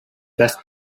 best